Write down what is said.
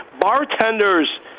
bartenders